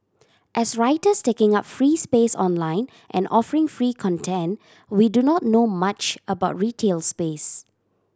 as writers taking up free space online and offering free content we do not know much about retail space